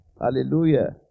Hallelujah